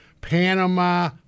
Panama